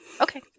okay